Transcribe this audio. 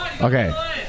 Okay